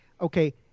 okay